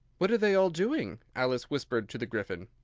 what are they all doing? alice whispered to the gryphon.